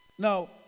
Now